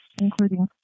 including